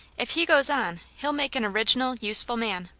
if he goes on he ll make an original, useful man.